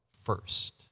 first